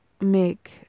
make